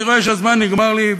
אני רואה שהזמן נגמר לי,